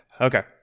Okay